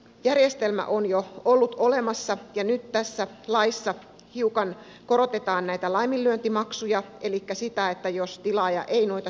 järjestelmä on jo ollut olemassa ja nyt tässä laissa hiukan korotetaan näitä laiminlyöntimaksuja jos tilaaja ei noita selvityksiänsä tee